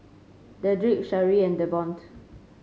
Dedrick Sharee and Devonte